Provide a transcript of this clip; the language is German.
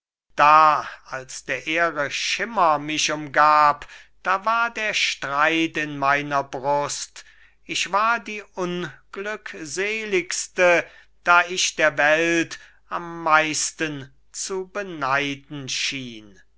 da als der ehre schimmer mich umgab da war der streit in meiner brust ich war die unglückseligste da ich der welt am meisten zu beneiden schien